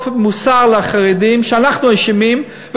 להטיף מוסר לחרדים שאנחנו אשמים,